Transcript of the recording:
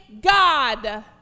God